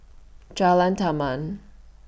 Jalan Taman